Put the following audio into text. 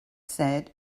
said